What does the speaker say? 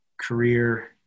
career